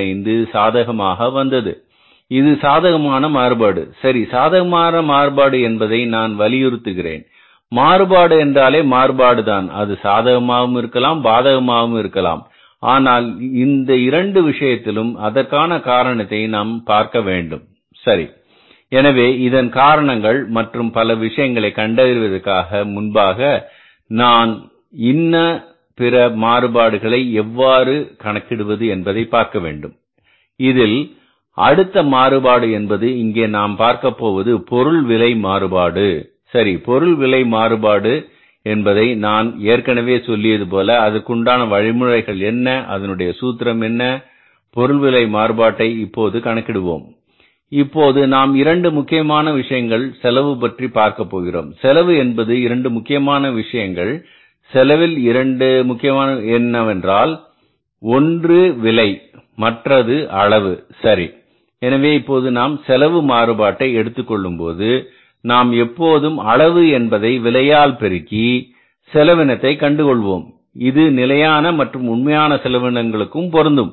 25 சாதகமாக வந்தது இது சாதகமான மாறுபாடு சரி சாதகமான மாறுபாடு என்பதை நான் வலியுறுத்துகிறேன் மாறுபாடு என்றாலே மாறுபாடு தான் அது சாதகமாகவும் இருக்கலாம் பாதகமாகவும் இருக்கலாம் ஆனால் இரண்டு விஷயத்திலும் அதற்கான காரணத்தை நாம் பார்க்கவேண்டும் சரி எனவே இதன் காரணங்கள் மற்றும் பல விஷயங்களை கண்டறிவதற்கு முன்பாக நாம் இன்ன பிற மாறுபாடுகளை எவ்வாறு கணக்கிடுவது என்பதை பார்க்க வேண்டும் இதில் அடுத்த மாறுபாடு என்பது இங்கே நாம் பார்க்கப்போவது பொருள் விலை மாறுபாடு சரி பொருள் விலை மாறுபாடு என்பதை நான் ஏற்கனவே சொல்லியது போல அதனுடைய வழிமுறை என்ன அதனுடைய சூத்திரம் என்ன பொருள் விலை மாறுபாட்டை இப்போது கணக்கிடுவோம் இப்போது நாம் இரண்டு முக்கியமான விஷயங்கள் செலவு பற்றி பார்க்கப் போகிறோம் செலவு என்பது இரண்டு முக்கியமான விஷயங்கள் செலவில் இரண்டு முக்கியமான விஷயங்கள் என்னவென்றால் ஒன்று விலை மற்றது அளவு சரி எனவே இப்போது நாம் செலவு மாறுபாட்டை எடுத்துக்கொள்ளும்போது நாம் எப்போதும் அளவு என்பதை விலையால் பெருக்கி செலவினத்தை கண்டு கொள்வோம் இது நிலையான மற்றும் உண்மையான செலவினங்களுக்கும் பொருந்தும்